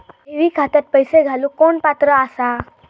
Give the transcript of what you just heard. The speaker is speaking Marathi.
ठेवी खात्यात पैसे घालूक कोण पात्र आसा?